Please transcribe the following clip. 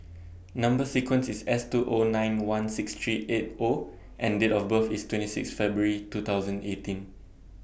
Number sequence IS S two O nine one six three eight O and Date of birth IS twenty six February two thousand eighteen